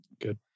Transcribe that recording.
Good